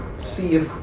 see if.